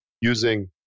using